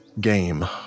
game